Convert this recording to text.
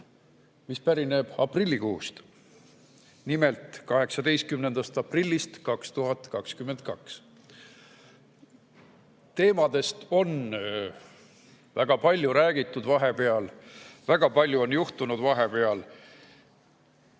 mis pärineb aprillikuust, nimelt 18. aprillist 2022. Nendest teemadest on väga palju räägitud vahepeal, väga palju on juhtunud vahepeal.